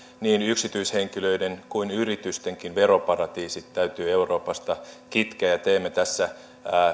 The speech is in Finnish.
niin yksityishenkilöiden kuin yritystenkin veroparatiisit täytyy euroopasta kitkeä ja teemme tässä